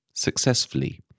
Successfully